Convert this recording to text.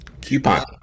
Coupon